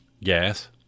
Gas